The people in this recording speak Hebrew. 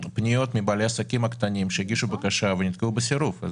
פניות מבעלי עסקים קטנים שהגישו בקשה ונתקלו בסירוב.